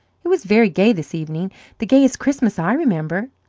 it was very gay this evening the gayest christmas i remember.